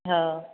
हा